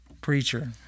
preacher